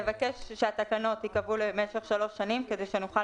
נבקש שהתקנות תיקבענה למשך שלוש שנים כדי שנוכל